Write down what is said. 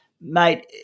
Mate